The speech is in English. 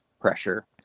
pressure